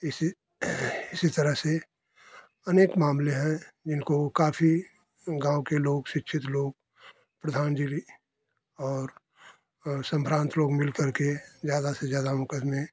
इसी तरह से अनेक मामले हैं जिनको काफ़ी गाँव के लोग शिक्षित लोग प्रधान जी और संभ्रांत लोग मिल करके ज़्यादा से ज़्यादा मुकदमे